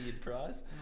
prize